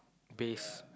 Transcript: base